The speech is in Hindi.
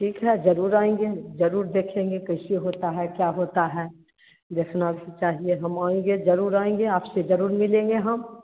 ठीक है ज़रूर आएँगे ज़रूर देखेंगे कैसे होता है क्या होता है देखना चाहिए हम आएँगे ज़रूर आएँगे आपसे ज़रूर मिलेंगे हम